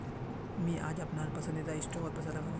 मी आज अपनार पसंदीदा स्टॉकत पैसा लगानु